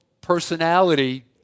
personality